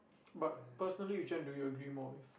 but personally which one do you agree more with